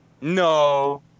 No